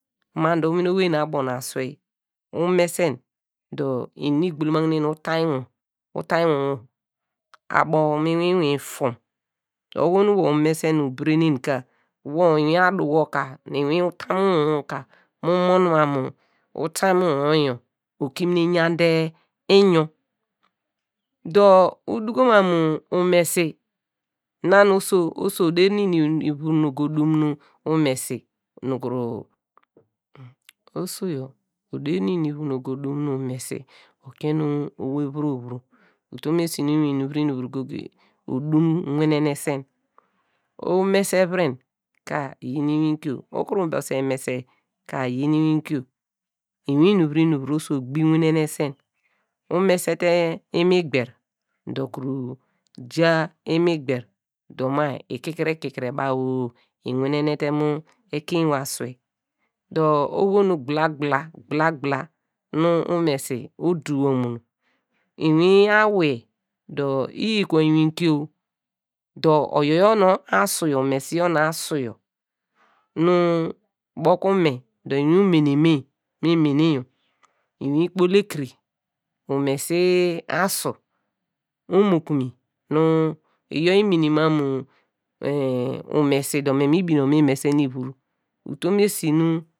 Ma dor omini owey nu abo mu aswei umesen dor, inum nu igbalomagne nu utainy wor wor. ka abo mu inumfom dor oho nu wor umese nu ubedenen ka nor inwin adu wor ka. inwin utam nwor wor ka mu mon mam mu utam nwor nor yor okimine yande inyor, dor uduko mam mu umesi na nu oso oderi inum nu lvur nu ogo dum nu umesi nukuru, oso yor oderi inum nu ogo dum nu umesi okii owey vuro vo utum osi nu inwin inum vuru inum vuru goge odum winenesen, umese vurem ka lyin inwinkio, ukuru mese ka lyin inwinkio, inwin inum yuru inum vuro oso ogbi winenesen, umese imigber dor kuru ja imigber dor ma yor ikikiri kiri baw- o inwinennete mu ekein ewey aswei dor oho nu gbula gbula gbula gbula mu umesi oduwo minu inwin awiye dir lyi kuo inwinkio dor oyor yor mi asu yor umesi yor nu asu yor nu ube ku me dor inwin umeru nu mi mene yor inwin ikpol ekire, umesi asu omo ku me nu nam mu umesi dor me mi hine okunu mi mese nu lvur utum esi nu.